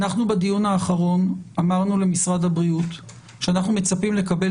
אנחנו בדיון האחרון אמרנו למשרד הבריאות שאנחנו מצפים לקבל